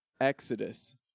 Exodus